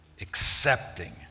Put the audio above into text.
accepting